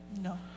No